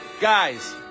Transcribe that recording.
Guys